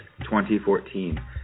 2014